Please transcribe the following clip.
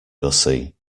gussie